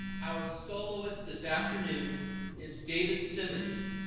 our soloist this afternoon is david simmons.